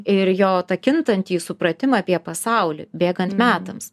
ir jo tą kintantį supratimą apie pasaulį bėgant metams